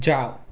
જાવ